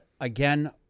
again